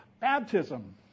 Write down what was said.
baptism